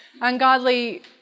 ungodly